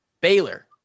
Baylor